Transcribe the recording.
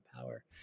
power